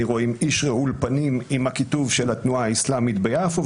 רואים איש רעול פנים עם הכיתוב של התנועה האסלאמית ביפו,